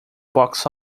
box